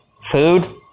Food